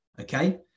Okay